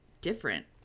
different